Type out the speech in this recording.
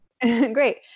Great